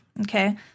Okay